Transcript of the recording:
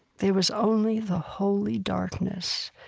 there was only the holy darkness,